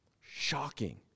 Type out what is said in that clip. Shocking